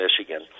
Michigan